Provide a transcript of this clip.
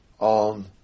On